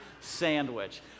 sandwich